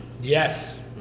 Yes